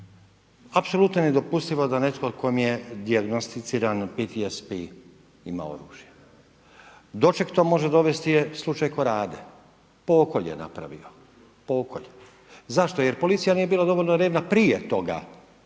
Apsolutno je nedopustivo da netko kojem je dijagnosticiran PTSP ima oružje. Do čeg to može dovesti je slučaj Korade, pokolj je napravio. Zašto jer? Jer policija nije bila dovoljno revna prije toga